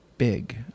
Big